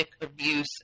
abuse